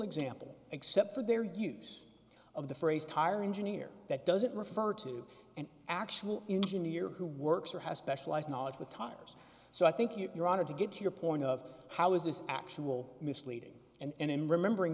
example except for their use of the phrase tire engineer that doesn't refer to an actual engine near who works or has specialized knowledge with tires so i think you are honored to get your point of how is this actual misleading and in remembering